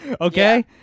Okay